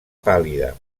pàl·lida